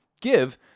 give